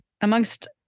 amongst